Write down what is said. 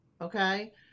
Okay